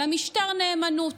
אלא משטר נאמנות,